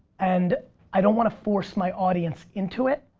and i don't wanna force my audience into it,